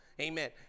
Amen